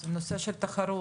נושא התחרות,